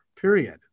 period